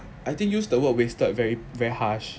I think use the word wasted very very harsh